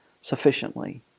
sufficiently